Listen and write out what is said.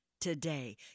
today